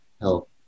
health